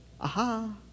Aha